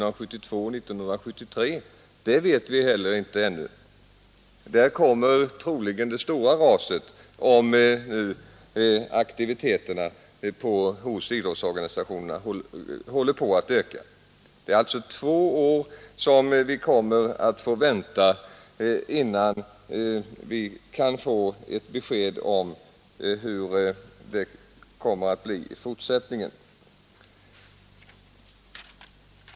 Där kommer troligen det stora raset med tanke på att aktiviteterna inom idrottsorganisationerna ökar. Vi kommer alltså att få vänta två år innan vi kan få ett besked om hur det skall bli i fortsättningen.